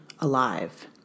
alive